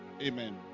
Amen